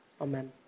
Amen